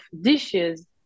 dishes